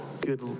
good